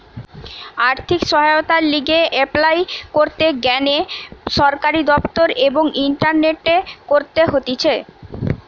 আর্থিক সহায়তার লিগে এপলাই করতে গ্যানে সরকারি দপ্তর এবং ইন্টারনেটে করতে হতিছে